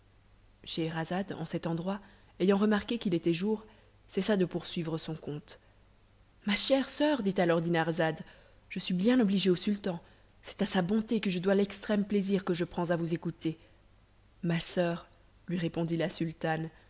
scheherazade en cet endroit ayant remarqué qu'il était jour cessa de poursuivre son conte ma chère soeur dit alors dinarzade je suis bien obligée au sultan c'est à sa bonté que je dois l'extrême plaisir que je prends à vous écouter ma soeur lui répondit la sultane